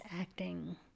acting